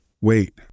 Wait